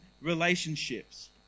relationships